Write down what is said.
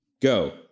Go